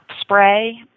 spray